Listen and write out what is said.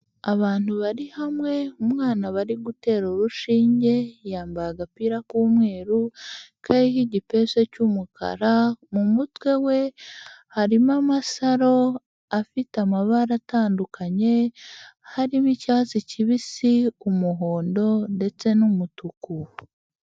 Abantu bari hamwe, umwana bari gutera urushinge, yambaye agapira k'umweru, kariho igipesu cy'umukara, mu mutwe we, harimo amasaro afite amabara atandukanye, hariho icyatsi kibisi, umuhondo, ndetse n'umutuku.